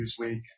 Newsweek